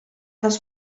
dels